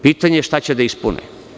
Pitanje je šta će da ispune.